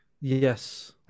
yes